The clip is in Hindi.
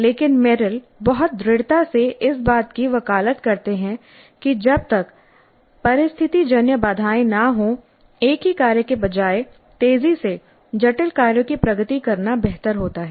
लेकिन मेरिल बहुत दृढ़ता से इस बात की वकालत करते हैं कि जब तक परिस्थितिजन्य बाधाएं न हों एक ही कार्य के बजाय तेजी से जटिल कार्यों की प्रगति करना बेहतर होता है